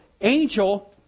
angel